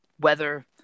weather